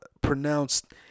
pronounced